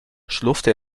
schlurfte